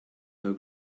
her